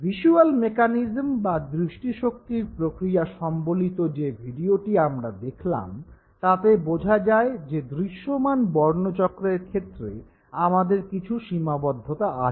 visual mechanism বা দৃষ্টিশক্তির প্রক্রিয়া সম্বলিত যে ভিডিওটি আমরা দেখলাম তাতে বোঝা যায় যে দৃশ্যমান বর্ণচক্রের ক্ষেত্রে আমাদের কিছু সীমাবদ্ধতা আছে